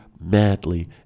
madly